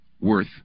Worth